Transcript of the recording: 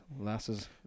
lasses